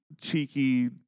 cheeky